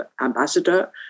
ambassador